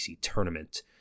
tournament